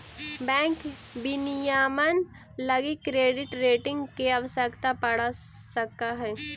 bank विनियमन लगी credit rating के आवश्यकता पड़ सकऽ हइ